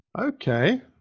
okay